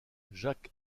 jacques